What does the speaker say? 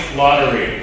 lottery